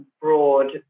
broad